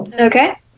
Okay